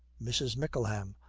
mrs. mickleham.